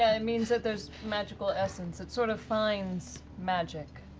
ah it means that there's magical essence, it sort of finds magic.